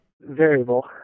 Variable